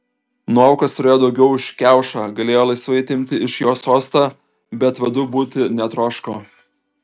nuovokos turėjo daugiau už kiaušą galėjo laisvai atimti iš jo sostą bet vadu būti netroško